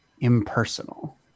impersonal